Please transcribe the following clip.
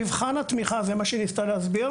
במבחן התמיכה זה מה שהיא ניסתה להסביר